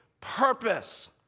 purpose